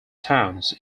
towns